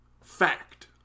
fact